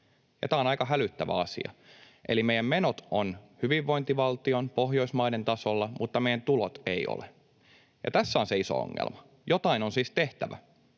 Tämä on aika hälyttävä asia. Eli meidän menot ovat hyvinvointivaltion, Pohjoismaiden tasolla mutta meidän tulot eivät ole. Tässä on se iso ongelma. Jotain on siis tehtävä.